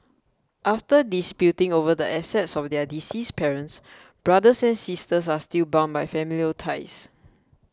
after disputing over the assets of their deceased parents brothers and sisters are still bound by familial ties